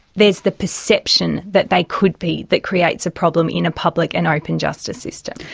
there's the perception that they could be that creates a problem in a public and open justice system.